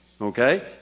Okay